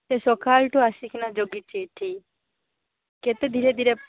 ସେ ସକାଳଠୁ ଆସିକିନା ଜଗିଛି ଏଠି କେତେ ଧୀରେ ଧୀରେ